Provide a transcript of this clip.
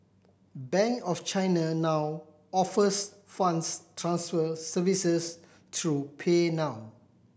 Bank of China now offers funds transfer services through PayNow